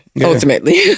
ultimately